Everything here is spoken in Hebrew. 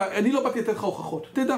אני לא באתי לתת לך הוכחות, תדע,